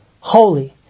Holy